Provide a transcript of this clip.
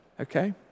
okay